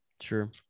Sure